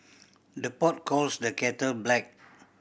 the pot calls the kettle black